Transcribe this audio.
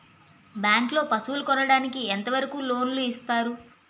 Bank లో పశువుల కొనడానికి ఎంత వరకు లోన్ లు ఇస్తారు?